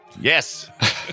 yes